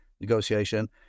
negotiation